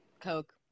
Coke